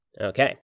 Okay